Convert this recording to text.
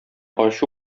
ачу